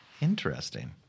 interesting